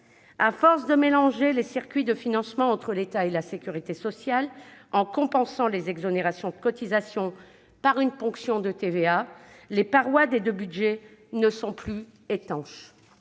a tant mélangé les circuits de financement entre l'État et la sécurité sociale, en compensant les exonérations de cotisations par des ponctions de TVA, que les parois des deux budgets ne sont plus étanches.